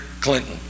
Clinton